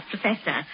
Professor